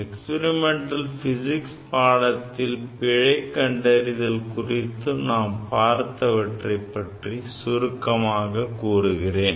Experimental physics I பாடத்தில் பிழை கண்டறிதல் குறித்து நாம் பார்த்தவற்றை பற்றி சுருக்கமாக கூறுகிறேன்